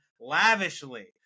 lavishly